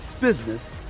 business